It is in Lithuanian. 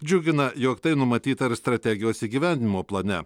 džiugina jog tai numatyta ir strategijos įgyvendinimo plane